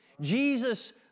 Jesus